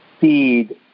feed